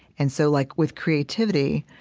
and so like with creativity,